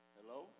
Hello